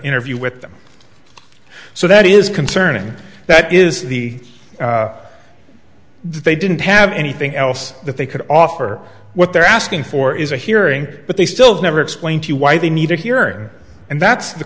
interview with them so that is concerning that is the they didn't have anything else that they could offer what they're asking for is a hearing but they still never explain to you why they need it here and that's the